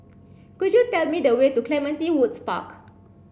could you tell me the way to Clementi Woods Park